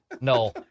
No